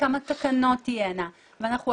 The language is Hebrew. וכמה תקנות תהיינה ואנחנו,